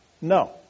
No